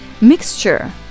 mixture